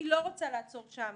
והיא לא רוצה לעצור שם.